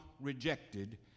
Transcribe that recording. rejected